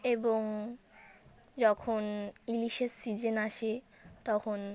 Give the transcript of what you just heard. এবং যখন ইলিশের সিজন আসে তখন